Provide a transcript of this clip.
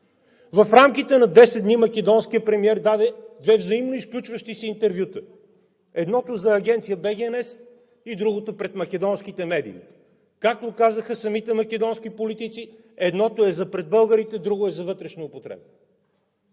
В рамките на 10 дни македонският премиер даде две взаимно изключващи се интервюта – едното за Агенция BGNES, а другото пред македонските медии. Както казаха самите македонски политици – едното е за пред българите, другото за вътрешна употреба.